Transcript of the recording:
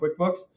QuickBooks